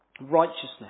righteousness